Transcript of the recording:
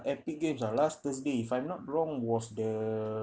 epic games ah last thursday if I'm not wrong was the